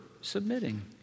submitting